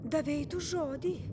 davei tu žodį